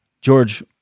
George